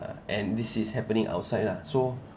uh and this is happening outside lah so